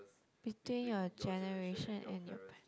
between your generation and your par~